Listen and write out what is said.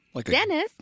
Dennis